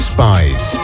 Spies